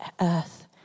earth